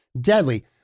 deadly